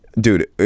Dude